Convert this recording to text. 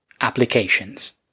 Applications